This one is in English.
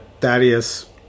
Thaddeus